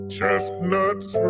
Chestnuts